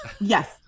Yes